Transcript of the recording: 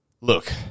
Look